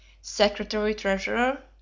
Secretary-Treasurer